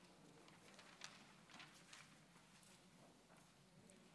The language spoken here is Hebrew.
יש לך חמש דקות.